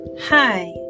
hi